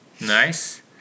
Nice